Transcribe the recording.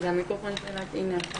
יחד איתי פה בדיון, מהתחלה אנחנו